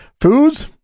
Foods